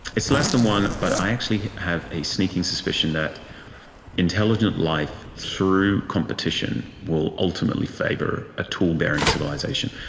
it's less than one, but i actually have a sneaking suspicion that intelligent life through competition will ultimately favour a tool-bearing civilisation.